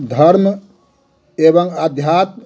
धर्म एवं अध्यात्म